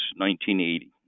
1980